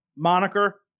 Moniker